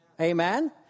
Amen